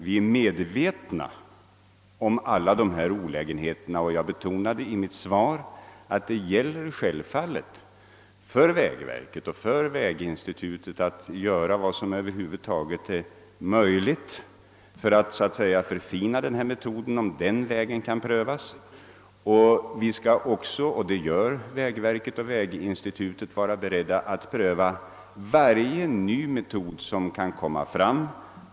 Vi är medvetna om alla olägenheter som föreligger, och jag har i mitt svar betonat att det självfallet gäller för vägverket och för väginstitutet att göra vad som över huvud taget är möjligt för att förfina den tillämpade metoden. Vi skall också vara beredda — och det är vägverket och väginstitutet — att pröva varje ny metod som kan upptäckas.